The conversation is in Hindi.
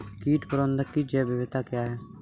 कीट प्रबंधक की जैविक विधि क्या है?